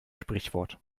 sprichwort